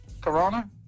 Corona